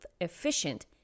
efficient